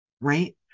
Right